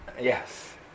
Yes